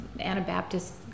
Anabaptist